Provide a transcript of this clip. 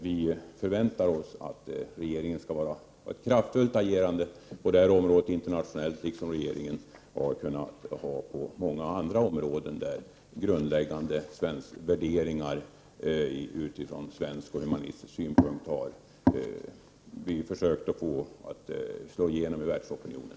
Vi förväntar oss att regeringen skall vara kraftfullt agerande internationellt på detta område, liksom regeringen har kunnat vara på många andra områden, där vi har försökt få grundläggande värderingar utifrån svenska och humanistiska synpunkter att slå igenom i världsopinionen.